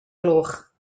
gloch